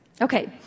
okay